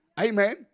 Amen